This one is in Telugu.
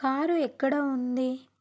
కారు ఎక్కడ ఉంది